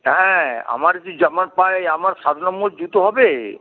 হ্যাঁ আমার যদি আমার পায়ে আমার সাত নম্বর জুতো হবে